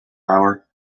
hour